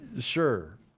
sure